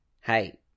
hey